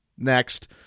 Next